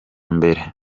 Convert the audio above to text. mbere